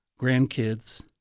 grandkids